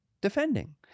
defending